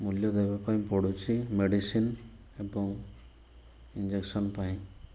ମୂଲ୍ୟ ଦେବା ପାଇଁ ପଡୁଛି ମେଡ଼ିସିନ୍ ଏବଂ ଇଞ୍ଜେକ୍ସନ୍ ପାଇଁ